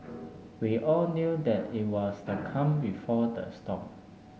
we all knew that it was the calm before the storm